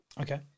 Okay